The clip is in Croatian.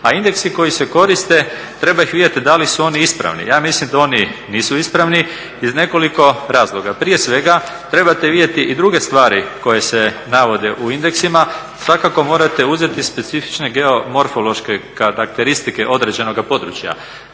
A indeksi koji se koriste treba ih vidjeti da li su oni ispravni. Ja mislim da oni nisu ispravni iz nekoliko razloga. Prije svega, trebate vidjeti i druge stvari koje se navode u indeksima. Svakako morate uzeti specifične geomorfološke karakteristike određenoga područja.